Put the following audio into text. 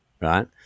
right